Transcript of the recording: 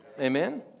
Amen